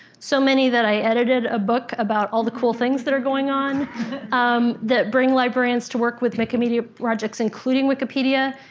so many that i edited a book about all the cool things that are going on um that bring librarians to work with wikimedia projects, including wikipedia.